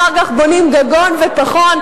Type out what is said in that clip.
אחר כך בונים גגון ופחון,